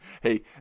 Hey